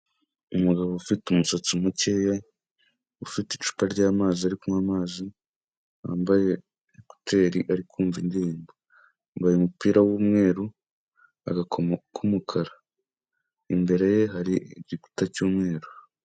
Umugabo ufite umusatsi mukeya ufite icupa ryamazi ari kunywa amazi wambayekuteri ari kumva indirimbo yambaye umupira w'umweru agakomo k'umukara imbere ye hari igikuta cy'umweru.